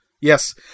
Yes